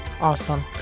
Awesome